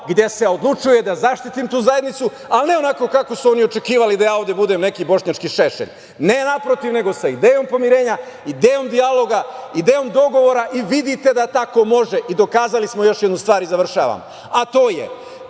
gde se odlučuje da zaštitim tu zajednicu, ali ne onako kako su oni očekivali da ja ovde budem neki bošnjački Šešelj. Ne, naprotiv, nego sa idejom pomirenja, idejom dijaloga, idejom dogovora i vidite da tako može. Dokazali smo još jednu stvar, i završavam, a to je